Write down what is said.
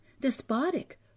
Despotic